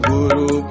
Guru